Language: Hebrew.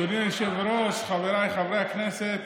אדוני היושב-ראש, חבריי חברי הכנסת,